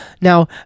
now